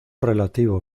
relativo